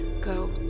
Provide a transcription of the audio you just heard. go